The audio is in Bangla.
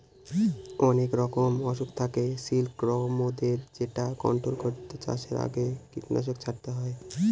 অনেক রকমের অসুখ থাকে সিল্কবরমদের যেটা কন্ট্রোল করতে চাষের আগে কীটনাশক ছড়াতে হয়